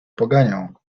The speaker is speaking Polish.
poganiał